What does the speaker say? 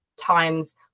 times